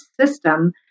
system